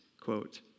Quote